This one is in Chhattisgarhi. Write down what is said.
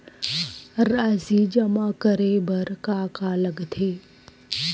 राशि जमा करे बर का का लगथे?